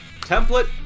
Template